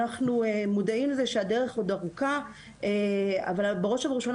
אנחנו מודעים לזה שהדרך עוד ארוכה אבל בראש ובראשונה